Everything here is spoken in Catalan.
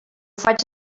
faig